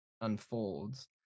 unfolds